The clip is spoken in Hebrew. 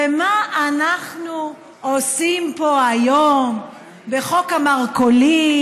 מה אנחנו עושים פה היום בחוק המרכולים,